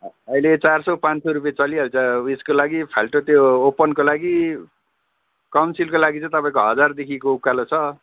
अहिले चार सय पाँच सय रुपियाँ चलिहाल्छ उयेसको लागि फाल्टो त्यो ओपनको लागि काउन्सिलको लागि चाहिँ तपाईँको हजारदेखिको उकालो छ